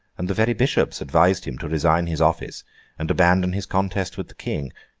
and the very bishops advised him to resign his office and abandon his contest with the king.